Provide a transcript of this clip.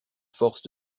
force